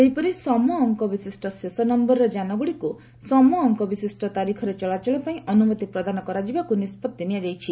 ସେହିପରି ସମ ଅଙ୍କ ବିଶିଷ୍ଟ ଶେଷ ନମ୍ଘରର ଯାନଗୁଡ଼ିକୁ ସମ ଅଙ୍କ ବିଶିଷ୍ଟ ତାରିଖରେ ଚଳାଚଳ ପାଇଁ ଅନୁମତି ପ୍ରଦାନ କରାଯିବାକୁ ନିଷ୍ପଭି ନିଆଯାଇଛି